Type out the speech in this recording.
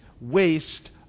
waste